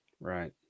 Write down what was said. Right